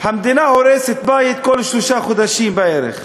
המדינה הורסת בית כל שלושה חודשים בערך,